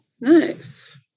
Nice